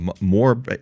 more